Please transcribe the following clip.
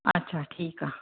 अछा ठीकु आहे